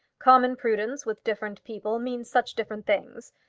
common prudence, with different people, means such different things!